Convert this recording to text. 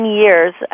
years